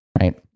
Right